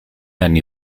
anni